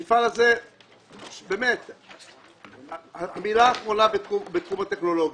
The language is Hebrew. המפעל הזה הוא המילה האחרונה בתחום הטכנולוגיה.